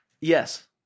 yes